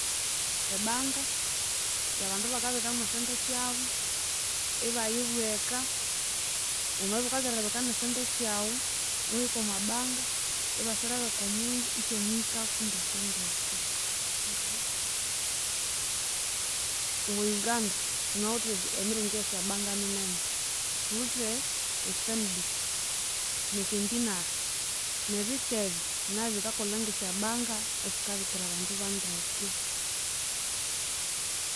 E banka eyabandu bakabika mwesente syabu ibayibweka, wamabya iwukanza erilebeka nesente syawu, iwahika omwabank ibasirebeka omundu isyamuhikako ndekendeke Omwa Uganda thunawithe esya emiringu yesyabanka minene. Thuwithe e stanbic, necentenary, nebithebe nabyu bikakolha ngesyabank esikabikira abandu bandeke